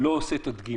מתוכם